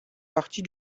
partie